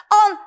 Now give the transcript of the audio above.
on